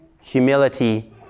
humility